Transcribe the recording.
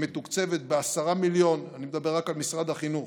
שמתוקצבת ב-10 מיליון ואני מדבר רק על משרד החינוך,